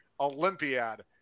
Olympiad